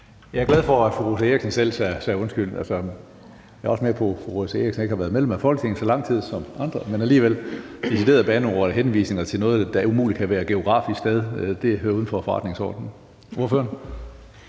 Jeg er glad for, at fru Rosa Eriksen selv sagde undskyld. Fru Rosa Eriksen har ikke været medlem af Folketinget så lang tid som andre, men alligevel vil jeg sige, at deciderede bandeord og henvisninger til noget, der umuligt kan være et geografisk sted, hører uden for forretningsordenen.